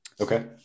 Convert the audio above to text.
okay